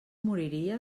moriria